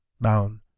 bound